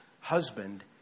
husband